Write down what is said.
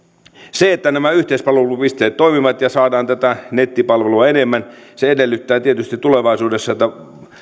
se että nämä yhteispalvelupisteet toimivat ja saadaan tätä nettipalvelua enemmän edellyttää tietysti tulevaisuudessa että